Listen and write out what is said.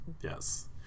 Yes